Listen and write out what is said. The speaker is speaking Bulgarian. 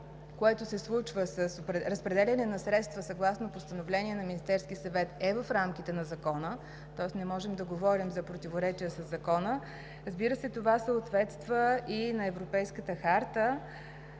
което се случва с разпределянето на средства съгласно постановление на Министерския съвет, е в рамките на Закона – тоест не можем да говорим за противоречие със Закона. Това съответства и на Европейската харта